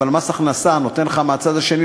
אבל מס הכנסה נותן לך מהצד השני,